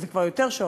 אז זה כבר יותר שעות,